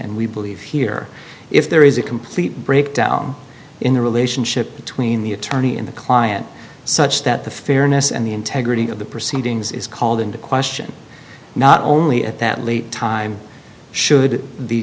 and we believe here if there is a complete breakdown in the relationship between the attorney and the client such that the fairness and the integrity of the proceedings is called into question not only at that late time should